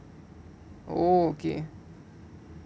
okay